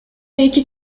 эки